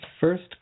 first